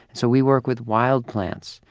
so we work with wild plants.